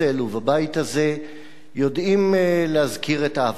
יודעים להזכיר את אהבת ארץ-ישראל שלו,